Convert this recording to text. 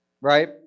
right